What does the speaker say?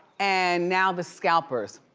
and now the scalpers